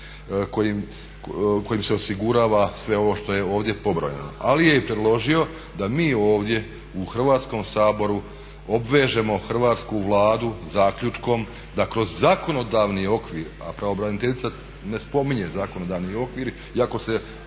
kojim se osigurava sve ovo što je ovdje pobrojano. Ali je i predložio da mi ovdje u Hrvatskom saboru obvežemo hrvatsku Vladu zaključkom da kroz zakonodavni okvir a pravobraniteljica ne spominje zakonodavni okvir iako se